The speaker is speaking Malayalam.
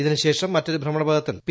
ഇതിനുശേഷം മറ്റൊരു ഭ്രമണപഥത്തിൽ പി